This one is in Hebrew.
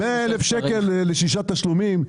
100,000 שקל לשישה תשלומים.